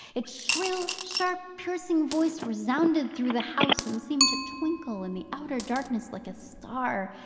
its shrill, sharp, piercing voice resounded through the house, and seemed to twinkle in the outer darkness like a star.